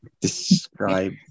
describe